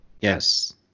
Yes